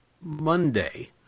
Monday